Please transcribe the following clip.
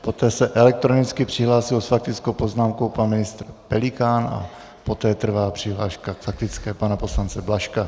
Poté se elektronicky přihlásil s faktickou poznámkou pan ministr Pelikán a poté trvá přihláška k faktické pana poslance Blažka.